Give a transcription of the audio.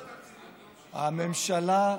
הממשלה,